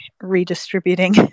redistributing